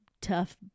tough